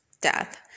death